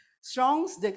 strong's